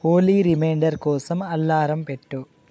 Holi reminder కోసం alarm పెట్టు